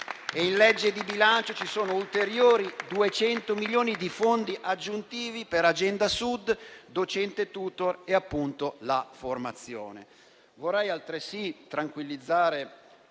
in legge di bilancio ulteriori 200 milioni di fondi aggiuntivi per Agenda Sud, docente *tutor* e appunto la formazione.